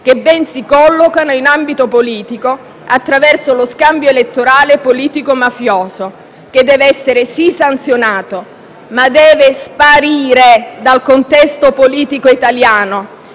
che ben si collocano in ambito politico attraverso lo scambio elettorale politico-mafioso, che non solo deve essere sanzionato, ma deve anche sparire dal contesto politico italiano,